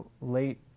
late